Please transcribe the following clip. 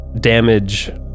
damage